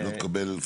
מי יחליט?